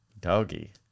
Doggy